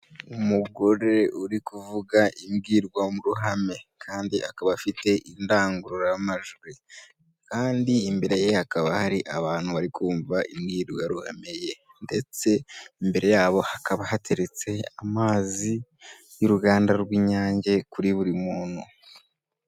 Umugore uri kuvuga imbwiruhame, kandi akaba afite indangururamajwi, kandi imbere ye hakaba hari abantu bari kumvamva imbwirwarume ye ndetse imbere yabo hakaba hateretse amazi y'uruganda rw'inyange kuri buri muntu.